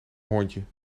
hoorntje